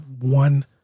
one